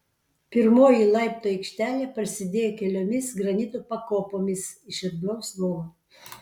pirmoji laiptų aikštelė prasidėjo keliomis granito pakopomis iš erdvaus holo